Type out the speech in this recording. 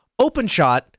Openshot